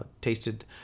tasted